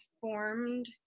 formed